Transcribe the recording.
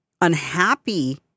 unhappy